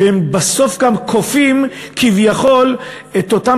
ובסוף הם גם כופים כביכול את אותם